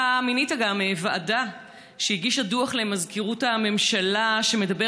אתה גם מינית ועדה שהגישה דוח למזכירות הממשלה שמדבר